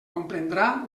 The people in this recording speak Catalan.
comprendrà